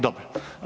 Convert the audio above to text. Dobro.